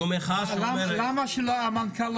זו מחאה שהוא אומר --- למה שהמנכ"ל לא יגיע?